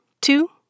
Two